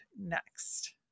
next